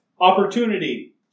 opportunity